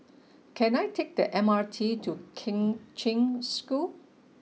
can I take the M R T to Kheng Cheng School